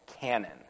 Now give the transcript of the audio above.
canon